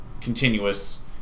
continuous